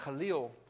Khalil